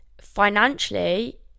Financially